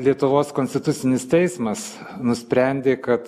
lietuvos konstitucinis teismas nusprendė kad